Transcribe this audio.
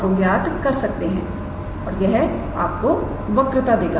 को ज्ञात कर सकते हैं और यह आपको वक्रता देगा